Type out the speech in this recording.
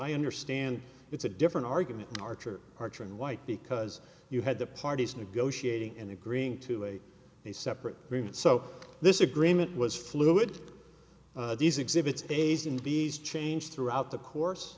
i understand it's a different argument archer archer and white because you had the parties negotiating and agreeing to a a separate agreement so this agreement was fluid these exhibits a's and b s change throughout the course